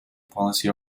policy